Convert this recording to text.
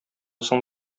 соң